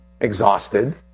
Exhausted